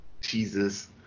Jesus